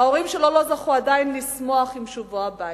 ההורים שלו לא זכו עדיין לשמוח עם שובו הביתה.